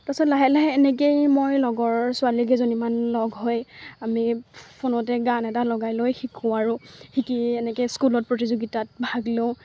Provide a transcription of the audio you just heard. তাছত লাহে লাহে এনেকেই মই লগৰ ছোৱালীকেইজনীমান লগ হৈ আমি ফোনতে গান এটা লগাই লৈ শিকোঁ আৰু শিকি এনেকে স্কুলত প্ৰতিযোগিতাত ভাগ লওঁ